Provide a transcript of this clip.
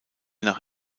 nach